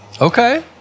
okay